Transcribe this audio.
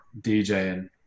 DJing